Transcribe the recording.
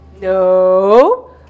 No